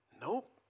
Nope